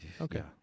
okay